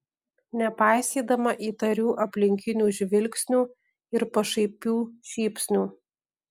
nepaisydama įtarių aplinkinių žvilgsnių ir pašaipių šypsnių